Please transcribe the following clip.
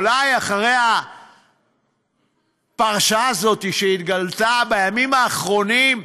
אולי אחרי הפרשה הזאת שהתגלתה בימים האחרונים,